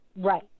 Right